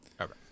Okay